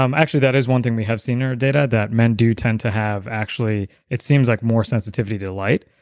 um actually that is one thing we have seen in our data, that men do tend to have actually, it seems like more sensitivity to light.